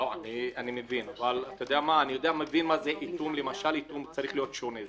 אני מבין, אבל למשל, איטום צריך להיות שונה.